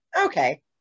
okay